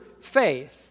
faith